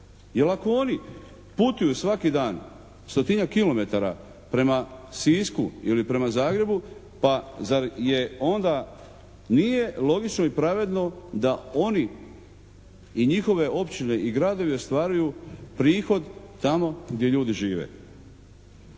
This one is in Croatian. jer ako oni putuju svaki dan stotinjak kilometara prema Sisku ili prema Zagrebu pa zar je onda nije logično i pravedno da oni i njihove općine i gradovi ostvaruju prihod tamo gdje ljudi žive.